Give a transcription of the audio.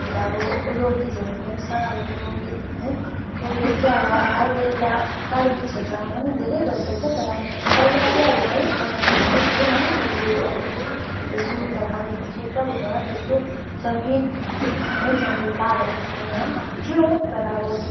अन्त अब लोक गीतहरू पनि छ अबको लोक गीत है लोक गीत चाहिँ अब अहिले त कालेबुङ क्षेत्रमा पनि धेरै भइसकेको छ तर पहिला चाहिँ अब है पहिला त्यस्तो थिएन यो अब हाम्रो जुन यता कालेबुङ क्षेत्र भित्रमा त्यस्तो सङ्गीत है सङ्गीतकारहरू थिएन अब थियो तर अब